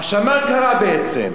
עכשיו, מה קרה בעצם?